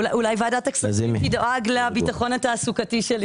אולי ועדת הכספים תדאג לביטחון התעסוקתי שלי.